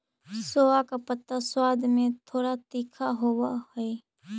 सोआ का पत्ता स्वाद में थोड़ा तीखा होवअ हई